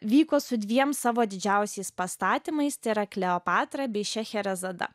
vyko su dviem savo didžiausiais pastatymais tai yra kleopatra bei šeherezada